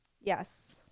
Yes